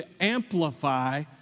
amplify